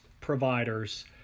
providers